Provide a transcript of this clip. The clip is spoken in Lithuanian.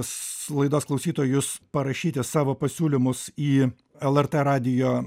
su laidos klausytojus parašyti savo pasiūlymus į lrt radijo